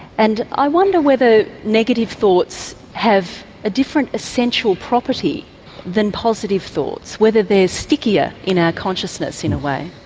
and i wonder whether negative thoughts have a different essential property than positive thoughts, whether they're stickier in our consciousness, in a way?